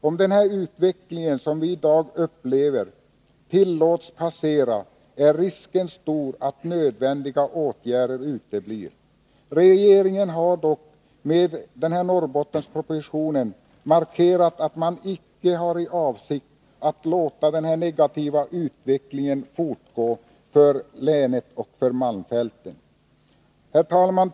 Om denna utveckling som vi i dag upplever tillåts fortgå, är risken stor att nödvändiga åtgärder uteblir. Regeringen har dock med Norrbottenspropositionen markerat att man inte har för avsikt att låta den negativa utvecklingen för länet och för malmfälten fortgå. Herr talman!